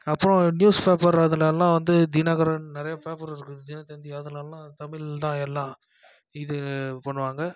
அப்போ newspaper அதுலலாம் வந்து தினகரன் நிறையா பேப்பர் இருக்கும் தினத்தந்தி அதுலலாம் தமிழ்தான் எல்லாம் இது பண்ணுவாங்க